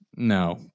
No